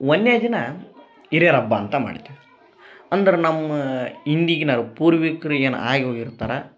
ಒನ್ನೆ ದಿನ ಹಿರಿಯರ್ ಹಬ್ಬ ಅಂತ ಮಾಡ್ತೀವಿ ಅಂದರೆ ನಮ್ಮ ಹಿಂದ್ಗಿನರು ಪೂರ್ವಿಕ್ರಿಗೆ ಏನು ಆಗಿ ಹೋಗಿರ್ತಾರ